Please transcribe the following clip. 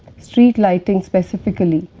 street lighting, specifically.